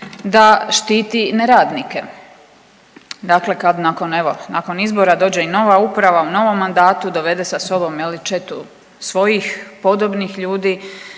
da štiti neradnike. Dakle, kad nakon evo nakon izbora dođe i nova uprava u novom mandatu dovede sa sobom je li četu svojih podobnih ljudi